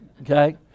okay